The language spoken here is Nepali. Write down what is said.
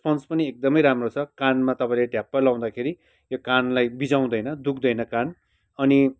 स्पन्ज पनि एकदमै राम्रो छ कानमा तपाईँले ढ्याप्प लाउँदाखेरि यो कानलाई बिझाँउदैन दुख्दैन कान अनि